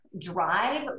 drive